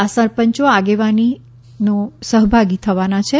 આ સરપંચો આગેવાનો સહભાગી થવાના છે